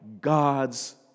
God's